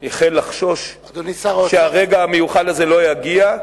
כבר החל לחשוש שהרגע המיוחל הזה לא יגיע.